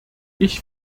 ich